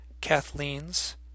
Kathleen's